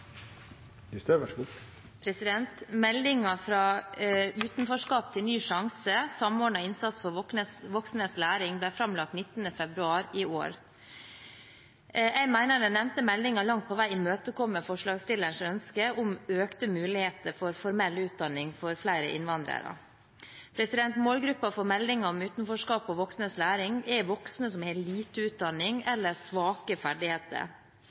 utenforskap til ny sjanse – Samordnet innsats for voksnes læring» ble framlagt 19. februar i år. Jeg mener den nevnte meldingen langt på vei imøtekommer forslagsstillernes ønske om økte muligheter for formell utdanning for flere innvandrere. Målgruppen for meldingen om utenforskap og voksnes læring er voksne som har lite utdanning eller svake ferdigheter.